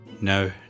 no